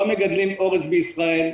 לא מגדלים אורז בישראל,